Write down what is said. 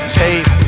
tape